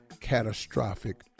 catastrophic